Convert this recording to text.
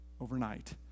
overnight